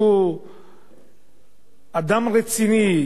אדם רציני עומד מאחוריהם,